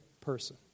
person